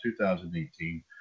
2018